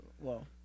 Well-